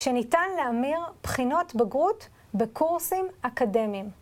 שניתן להמיר בחינות בגרות בקורסים אקדמיים.